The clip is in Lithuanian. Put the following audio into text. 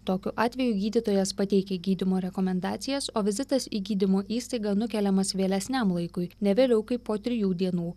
tokiu atveju gydytojas pateikia gydymo rekomendacijas o vizitas į gydymo įstaigą nukeliamas vėlesniam laikui ne vėliau kaip po trijų dienų